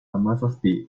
hamazazpi